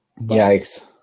Yikes